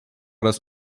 raz